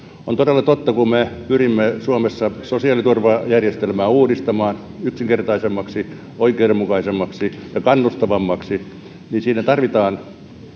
on todella totta kun me pyrimme suomessa sosiaaliturvajärjestelmää uudistamaan yksinkertaisemmaksi oikeudenmukaisemmaksi ja kannustavammaksi että siinä tarvitaan